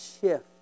shift